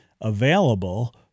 available